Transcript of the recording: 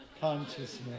consciousness